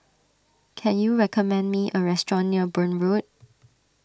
can you recommend me a restaurant near Burn Road